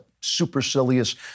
supercilious